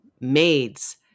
maids